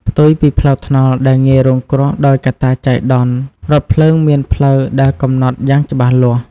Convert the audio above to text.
ផ្ទុយពីផ្លូវថ្នល់ដែលងាយរងគ្រោះដោយកត្តាចៃដន្យ រថភ្លើងមានផ្លូវដែលកំណត់យ៉ាងច្បាស់លាស់។